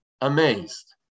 amazed